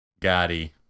Gotti